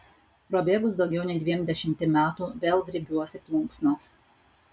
prabėgus daugiau nei dviem dešimtim metų vėl griebiuosi plunksnos